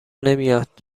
نمیاد